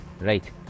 Right